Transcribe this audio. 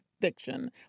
fiction